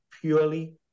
purely